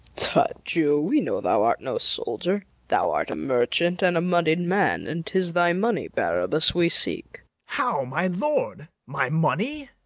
tut, jew, we know thou art no soldier thou art a merchant and a money'd man, and tis thy money, barabas, we seek. how, my lord! my money!